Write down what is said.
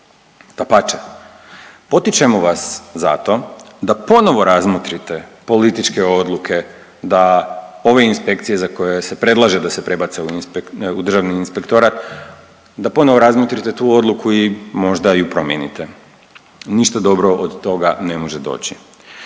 Dapače, potičemo vas zato da ponovo razmotrite političke odluke da ove inspekcije za koje se predlaže da se prebace u Državni inspektorat, da ponovo razmotrite tu odluku i možda ju promijenite. Ništa dobro od toga ne može doći.